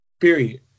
Period